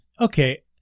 Okay